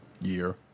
year